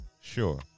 sure